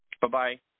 Bye-bye